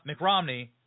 McRomney